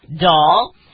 doll